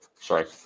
Sorry